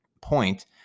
point